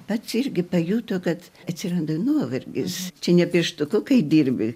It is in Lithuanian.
pats irgi pajuto kad atsiranda nuovargis čia ne pieštuku kai dirbi